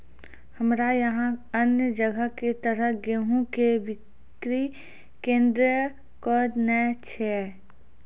हमरा यहाँ अन्य जगह की तरह गेहूँ के बिक्री केन्द्रऽक नैय छैय?